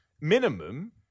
minimum